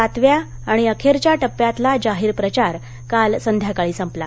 सातव्या आणि अखेरच्या टप्प्यातला जाहीर प्रचार काल संध्याकाळी संपला